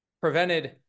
prevented